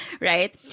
right